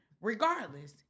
Regardless